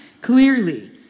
clearly